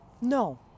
no